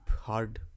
hard